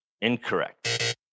Incorrect